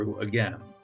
again